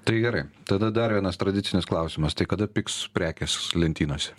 tai gerai tada dar vienas tradicinis klausimas tai kada pigs prekės lentynose